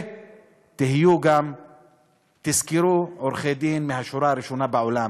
ותשכרו עורכי-דין מהשורה הראשונה בעולם